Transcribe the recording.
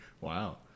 Wow